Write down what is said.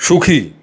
সুখী